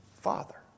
Father